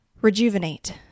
rejuvenate